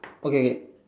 okay